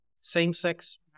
same-sex